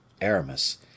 Aramis